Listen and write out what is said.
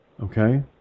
Okay